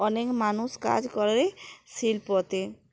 অনেক মানুষ কাজ করে শিল্পতে